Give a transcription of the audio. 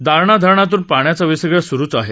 दारणा धरणातून पाण्याचा विसर्ग स्रुच आहे